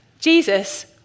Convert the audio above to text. Jesus